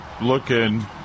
looking